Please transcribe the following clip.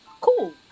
Cool